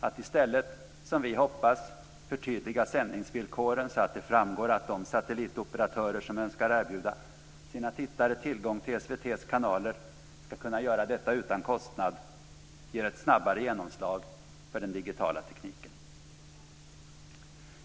Att i stället, som vi hoppas, förtydliga sändningsvillkoren så att det framgår att de satellitoperatörer som önskar erbjuda sina tittare tillgång till SVT:s kanaler ska kunna göra detta utan kostnad, ger ett snabbare genomslag för den digitala tekniken.